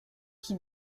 qui